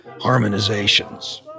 harmonizations